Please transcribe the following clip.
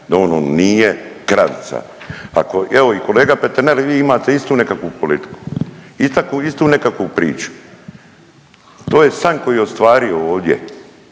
da ono nije kravica. Ako, evo, i kolega Peternel i vi imate istu nekakvu politiku. Istu nekakvu priču. To je san koji je ostvario ovdje